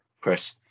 Chris